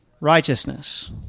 Righteousness